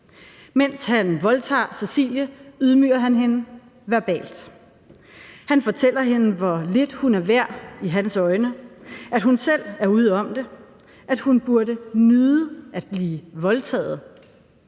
Mens han voldtager Cecilie, ydmyger han hende verbalt. Han fortæller hende, hvor lidt hun er værd i hans øjne, at hun selv er ude om det, at hun burde nyde at blive voldtaget.